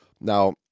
Now